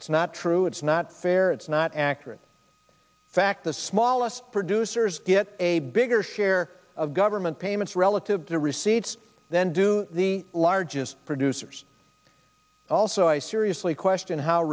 it's not true it's not fair it's not accurate fact the smallest producers get a bigger share of government payments relative the receipts then do the largest producers also i seriously question how